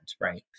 right